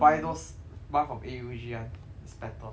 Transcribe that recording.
buy those buy from A_U_G [one] is better